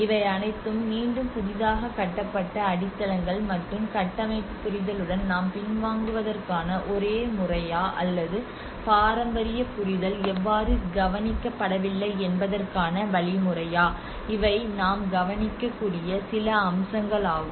இவை அனைத்தும் மீண்டும் புதிதாக கட்டப்பட்ட அடித்தளங்கள் மற்றும் கட்டமைப்பு புரிதலுடன் நாம் பின்வாங்குவதற்கான ஒரே முறையா அல்லது பாரம்பரிய புரிதல் எவ்வாறு கவனிக்கப்படவில்லை என்பதற்கான வழிமுறையா இவை நாம் கவனிக்கக்கூடிய சில அம்சங்கள் ஆகும்